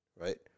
Right